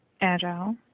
Agile